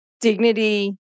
Dignity